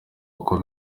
uko